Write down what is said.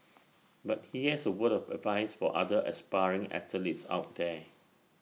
but he has A word of advice for other aspiring athletes out there